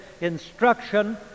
instruction